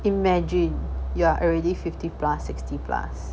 imagine you are already fifty plus sixty plus